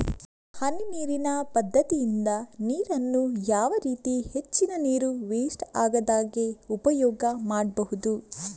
ಹನಿ ನೀರಿನ ಪದ್ಧತಿಯಿಂದ ನೀರಿನ್ನು ಯಾವ ರೀತಿ ಹೆಚ್ಚಿನ ನೀರು ವೆಸ್ಟ್ ಆಗದಾಗೆ ಉಪಯೋಗ ಮಾಡ್ಬಹುದು?